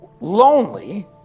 lonely